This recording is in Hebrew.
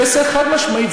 חד-משמעית.